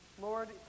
Lord